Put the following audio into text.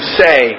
say